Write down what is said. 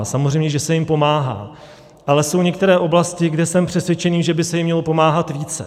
Samozřejmě že se jim pomáhá, ale jsou některé oblasti, kde jsem přesvědčen, že by se jim mělo pomáhat více.